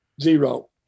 Zero